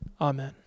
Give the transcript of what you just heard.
Amen